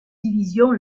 division